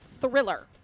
thriller